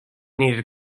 needed